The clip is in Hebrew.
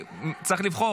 צריך לבחור,